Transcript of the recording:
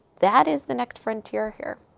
that is the next frontier, here.